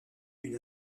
une